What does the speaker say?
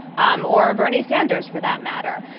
um or bernie sanders, for that matter.